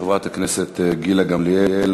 חברת הכנסת גילה גמליאל